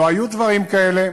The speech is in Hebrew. לא היו דברים כאלה.